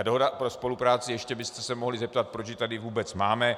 Dohoda o spolupráci, ještě byste se mohli zeptat, proč ji tady vůbec máme.